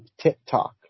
TikTok